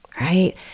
right